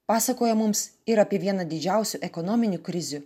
pasakoja mums ir apie vieną didžiausių ekonominių krizių